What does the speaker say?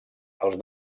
als